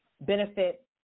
benefit